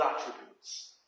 attributes